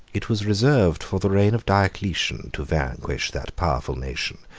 it was reserved for the reign of diocletian to vanquish that powerful nation,